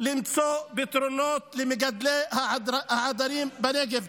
למצוא פתרונות למגדלי העדרים בנגב.